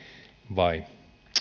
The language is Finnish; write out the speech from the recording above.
vai